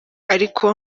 ariko